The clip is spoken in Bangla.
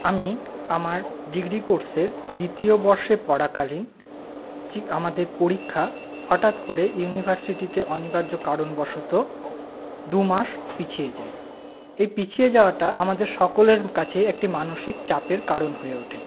আমি আমার ডিগ্রি কোর্সের দ্বিতীয় বর্ষে পড়াকালীন যে আমাদের পরীক্ষা হঠাৎ করে ইউনিভার্সিটিতে অনিবার্য কারণবশত দু মাস পিছিয়ে যায় এই পিছিয়ে যাওয়াটা আমাদের সকলের কাছে একটি মানসিক চাপের কারণ হয়ে ওঠে